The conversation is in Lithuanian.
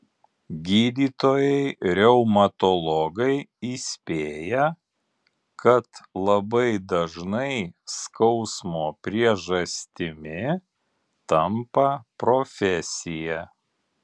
gydytojai reumatologai įspėja kad labai dažnai skausmo priežastimi tampa profesija